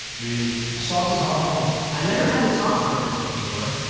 really? sauce is on point. i've never had a sauce like this before.